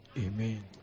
Amen